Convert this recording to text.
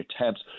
attempts